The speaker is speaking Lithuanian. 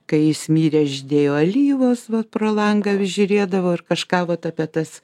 kai jis mirė žydėjo alyvos vat pro langą vis žiūrėdavau ir kažką vat apie tas